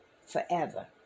forever